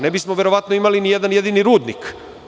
Ne bismo verovatno imali ni jedan jedini rudnik.